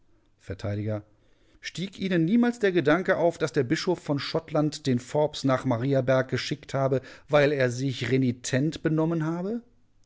vert stieg ihnen niemals der gedanke auf daß der bischof von schottland den forbes nach mariaberg geschickt habe weil er sich renitent benommen habe